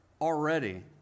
already